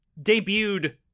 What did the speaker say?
debuted